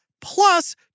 plus